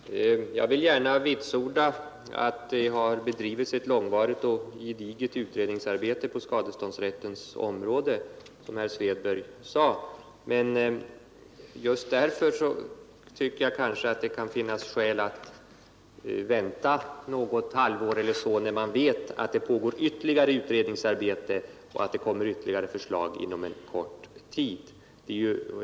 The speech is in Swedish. Herr talman! Jag vill gärna vitsorda att det har bedrivits ett långvarigt och gediget utredningsarbete på skadeståndsrättens område, som herr Svedberg sade. Men just därför tycker jag att det kan finnas skäl att vänta något halvår, när man vet att det alltjämt pågår utredningsarbete och att det kommer ytterligare förslag inom kort.